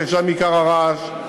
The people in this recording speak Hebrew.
ששם עיקר הרעש,